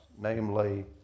namely